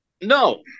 no